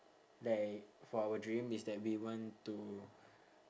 like for our dream is that we want to